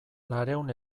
laurehun